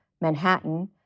Manhattan